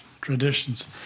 traditions